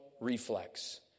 reflex